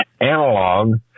analog